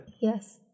Yes